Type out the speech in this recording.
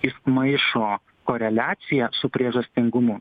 jis maišo koreliaciją su priežastingumu